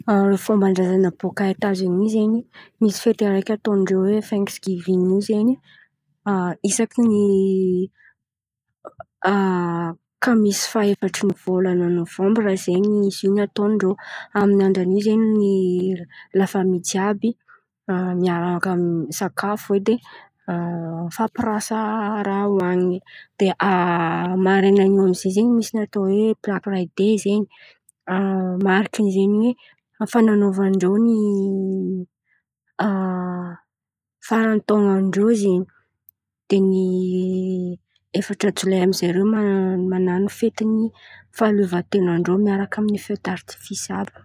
Fômba drazana bôka Etaziny zen̈y misy fety areky ataon-drô oe faikisy giviny zen̈y, hisakiny kamisy fa efatra fahavolana nôvambra zen̈y izin̈y. Ataon-drô amin'ny andra nin̈y zen̈y lafamy jiàby miaraka misakafo edy fampirasa raha hoanin̈y. De maraina io zen̈y misy atao hoe pirapira dey zen̈y mariky zen̈y fananaova ndrô ny farantaona ndrô zen̈y. De efatra jolay amizay irô manano fety ny fahaleovantena ndrô miaraka amin'ny fedaritifisy àby.